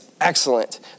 excellent